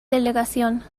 delegación